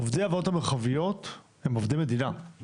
עובדי הוועדות המרחביות הם עובדי מדינה.